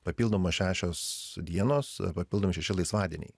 papildoma šešios dienos papildomi šeši laisvadieniai